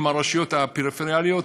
עם הרשויות הפריפריאליות,